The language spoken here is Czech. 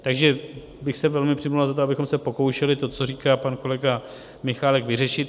Takže bych se velmi přimlouval za to, abychom se pokoušeli to, co říká pan kolega Michálek, vyřešit.